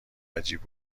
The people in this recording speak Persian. عجیب